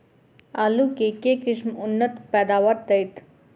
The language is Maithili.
आलु केँ के किसिम उन्नत पैदावार देत?